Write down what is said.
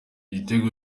gitego